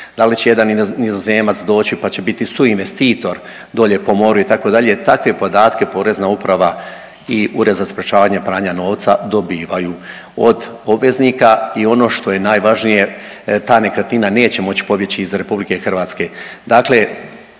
da li će jedan Nizozemac doći pa će biti suinvestitor dolje po moru itd. takve podatke Porezna uprava i Ured za sprječavanje pranja novca dobivaju od obveznika i ono što je najvažnije ta nekretnina neće moć pobjeći iz RH. Dakle,